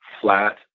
flat